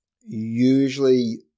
usually